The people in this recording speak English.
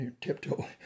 tiptoe